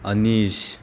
अनिश